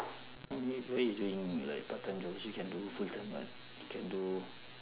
I mean why you doing like part time jobs you can do full time [what] can do